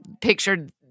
pictured